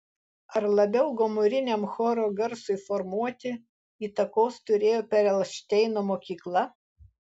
ar labiau gomuriniam choro garsui formuoti įtakos turėjo perelšteino mokykla